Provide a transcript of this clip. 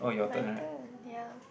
my turn ya